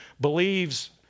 believes